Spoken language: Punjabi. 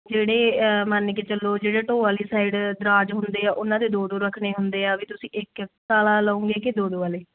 ਜਿਹੜੇ ਮੰਨ ਕੇ ਚੱਲੋ ਜਿਹੜੇ ਢੋਅ ਆਲੀ ਸਾਈਡ ਦਰਾਜ਼ ਹੁੰਦੇ ਆ ਉਨ੍ਹਾਂ ਦੇ ਦੋ ਦੋ ਰੱਖਣੇ ਹੁੰਦੇ ਆ ਵੀ ਤੁਸੀਂ ਇੱਕ ਆਲ਼ਾ ਲੌਂਗੇ ਕੇ ਦੋ ਦੋ ਆਲ਼ੇ